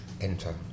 enter